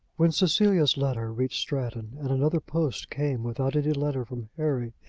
when cecilia's letter reached stratton, and another post came without any letter from harry,